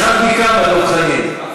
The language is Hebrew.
אחד מכמה, דב חנין?